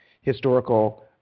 historical